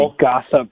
gossip